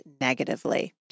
negatively